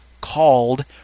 called